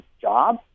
job